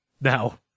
now